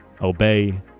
Obey